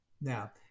Now